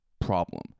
problem